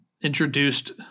introduced